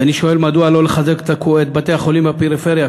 ואני שואל: מדוע לא לחזק את בתי-החולים בפריפריה,